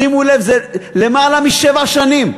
שימו לב, זה למעלה משבע שנים.